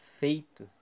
feito